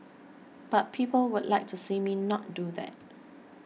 but people would like to see me not do that